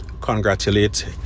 congratulate